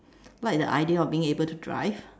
like the idea of being able to drive